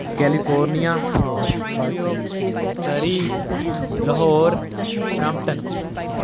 California New York Surrey Lahore Brampton